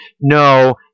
no